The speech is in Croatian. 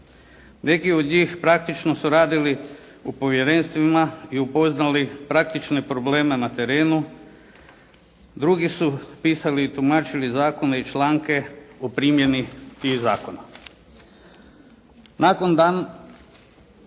Neki od njih praktično su radili u povjerenstvima i upoznali praktične probleme na terenu. Drugi su pisali i tumačili zakone i članke o primjeni tih zakona.